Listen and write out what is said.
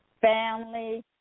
family